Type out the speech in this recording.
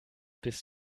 bist